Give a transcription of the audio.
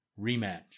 rematch